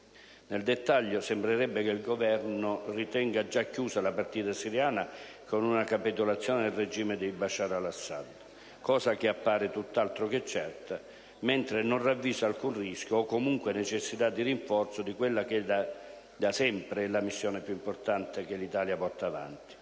Nel dettaglio, sembrerebbe che il Governo ritenga già chiusa la partita siriana con una capitolazione del regime di Bashar al-Assad (cosa che appare tutt'altro che certa) mentre non ravvisa alcun rischio, o comunque necessità di rinforzo, di quella che da sempre è la missione più importante che l'Italia porta avanti;